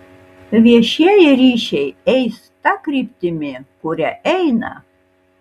viešieji ryšiai eis ta kryptimi kuria eina